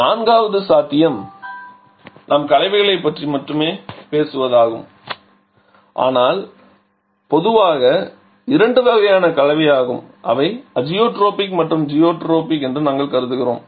நான்காவது சாத்தியம் நாம் கலவைகளைப் பற்றி மட்டுமே பேசுவதாகும் ஆனால் அவை பொதுவாக இரண்டு வகையான கலவையாகும் அவை அஜியோட்ரோபிக் மற்றும் ஜியோட்ரோபிக் என்று நாங்கள் கருதுகிறோம்